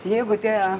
jeigu tie